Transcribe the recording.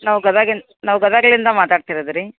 ನಾವು ಗದಗಿಂದ ನಾವು ಗದಗಲಿಂದ ಮಾತಾಡ್ತಿರೋದು ರೀ